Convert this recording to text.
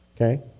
Okay